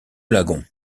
lagon